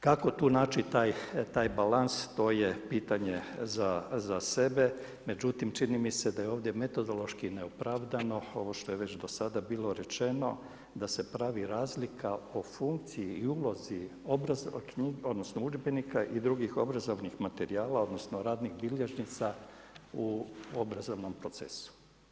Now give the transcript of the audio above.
Kako tu naći taj balans, to je pitanje z sebe, međutim čini mi se da je ovdje metodološki neopravdano ovo što je do sada već bilo rečeno, da se pravi razlika o funkciji i ulozi obrazovne knjige odnosno udžbenika i dr. obrazovnih materijala odnosno radnih bilježnica u obrazovnom procesu.